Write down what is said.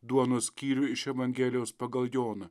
duonos skyrių iš evangelijos pagal joną